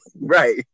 Right